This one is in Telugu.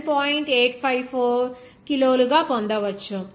854 కిలోలుగా పొందవచ్చు